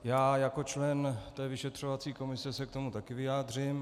Já jako člen té vyšetřovací komise se k tomu také vyjádřím.